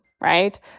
right